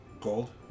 Gold